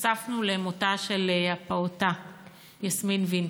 נחשפנו למותה של הפעוטה יסמין וינטה.